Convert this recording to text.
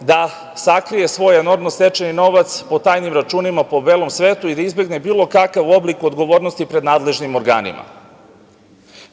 da sakrije svoj enormno stečeni novac po tajnim računima po belom svetu i da izbegne bilo kakav oblik odgovornosti pred nadležnim organima.